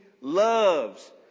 loves